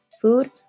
food